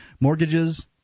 mortgages